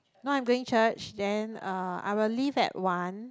no I'm going church then uh I will leave at one